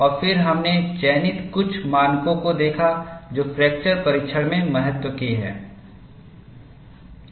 और फिर हमने चयनित कुछ मानकों को देखा जो फ्रैक्चर परीक्षण में महत्व के हैं